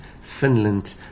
Finland